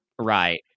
Right